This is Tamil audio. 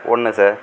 ஒன்று சார்